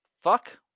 fuck